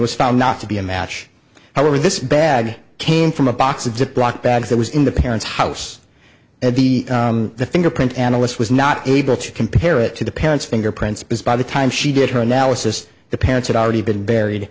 was found not to be a match however this bag came from a box of ziploc bags that was in the parents house at the fingerprint analyst was not able to compare it to the parents fingerprints because by the time she did her analysis the parents had already been buried